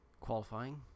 qualifying